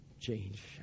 change